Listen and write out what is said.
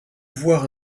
voir